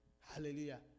Hallelujah